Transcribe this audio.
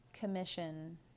commission